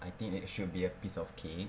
I think that should be a piece of cake